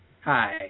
Hi